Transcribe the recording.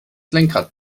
lenkrad